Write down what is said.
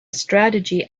strategy